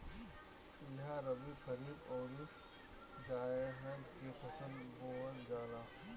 इहा रबी, खरीफ अउरी जायद के फसल बोअल जाला